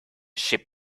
ship